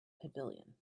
pavilion